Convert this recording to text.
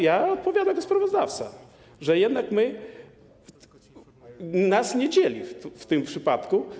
Ja odpowiadam jako sprawozdawca, że jednak my, nas to nie dzieli w tym przypadku.